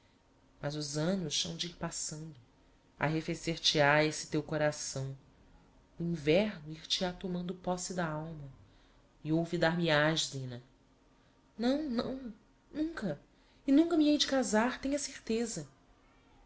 mas os annos hão de ir passando arrefecer te ha esse teu coração o inverno ir te ha tomando posse da alma e olvidar me has zina não não nunca e nunca me hei de casar tem a certeza